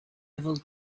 able